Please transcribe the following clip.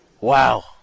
wow